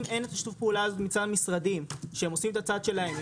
אם אין את שיתוף הפעולה הזה מצד המשרדים שהם עושים את הצד שלהם,